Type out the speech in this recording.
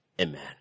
amen